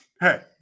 Hey